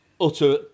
utter